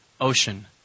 ocean